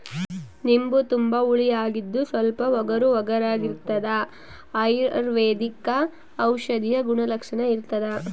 ನಿಂಬು ತುಂಬಾ ಹುಳಿಯಾಗಿದ್ದು ಸ್ವಲ್ಪ ಒಗರುಒಗರಾಗಿರಾಗಿರ್ತದ ಅಯುರ್ವೈದಿಕ ಔಷಧೀಯ ಗುಣಲಕ್ಷಣ ಇರ್ತಾದ